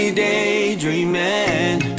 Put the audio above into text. daydreaming